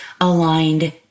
aligned